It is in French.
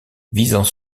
visant